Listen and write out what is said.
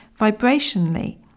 vibrationally